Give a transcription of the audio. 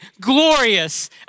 glorious